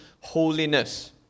holiness